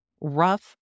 rough